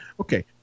Okay